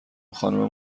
خانوم